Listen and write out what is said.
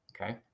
okay